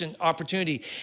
opportunity